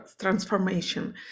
transformation